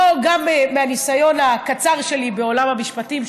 גם מהניסיון הקצר שלי בעולם המשפטים,